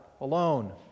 alone